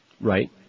Right